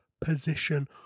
position